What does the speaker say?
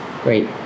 great